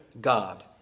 God